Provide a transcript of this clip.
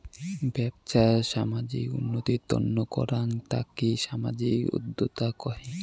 বেপছা সামাজিক উন্নতির তন্ন করাঙ তাকি সামাজিক উদ্যক্তা কহে